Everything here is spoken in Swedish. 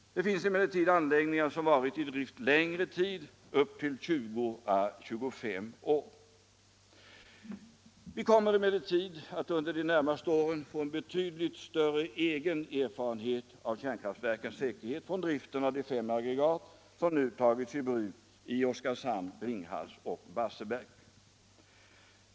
Det finns anläggningar som varit i drift under längre tid, upp till 20 å 25 år. Vi kommer emellertid att under de närmaste åren få en betydligt större egen erfarenhet av kärnkraftverkens säkerhet från driften av de fem aggregat som tagits i drift i Oskarshamn, Ringhals och Barsebäck.